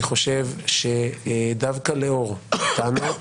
אני חושב שדווקא לאור הטענות